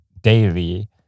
daily